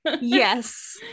yes